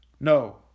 No